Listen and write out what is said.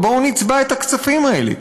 בואו נצבע את הכספים האלה.